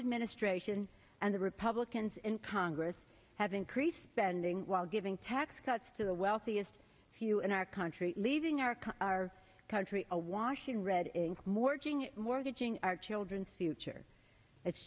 administration and the republicans in congress have increased spending while giving tax cuts to the wealthiest few in our country leaving our our country awash in red ink more ging mortgaging our children's future it's